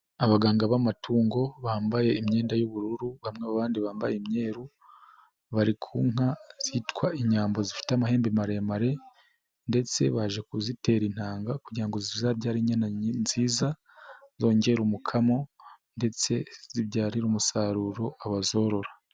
Abaganga b'amatungo, bambaye imyenda y'ubururu bamwe abandi bambaye imyeru, bari ku nka zitwa inyambo zifite amahembe maremare, ndetse baje kuzitera intanga kugira ngo zizabyare inyana nziza, zongera umukamo, ndetse zibyarire umusaruro abazorora.